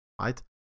right